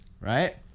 Right